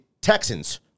Texans